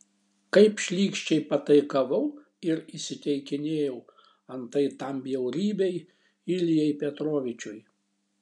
kaip šlykščiai pataikavau ir įsiteikinėjau antai tam bjaurybei iljai petrovičiui